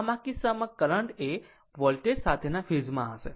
આમ આ કિસ્સામાં કરંટ એ વોલ્ટેજ સાથેના ફેઝ માં હશે